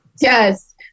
yes